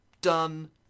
done